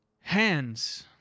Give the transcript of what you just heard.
Hands